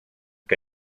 que